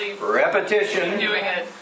Repetition